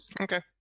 okay